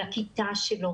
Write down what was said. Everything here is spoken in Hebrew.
לכיתה שלו,